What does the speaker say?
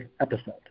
episode